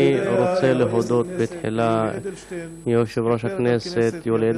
אני רוצה להודות בתחילה ליושב-ראש הכנסת יולי יואל